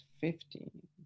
Fifteen